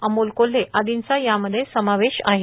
अमोल कोल्हे आदींचा यामध्ये समावेश आहे